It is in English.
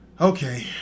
okay